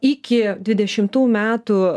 iki dvidešimtų metų